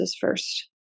first